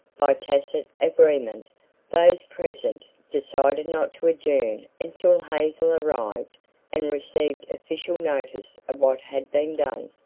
by tacit agreement those present decided not to adjourn until hazel arrived and received official notice of what had been done.